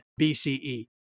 BCE